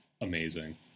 amazing